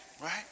right